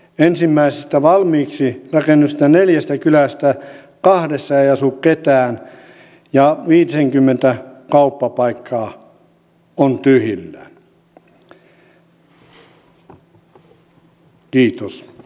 ensimmäisistä valmiiksi rakennetuista neljästä kylästä kahdessa ei asu ketään ja viitisenkymmentä kauppapaikkaa on tyhjillään